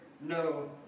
no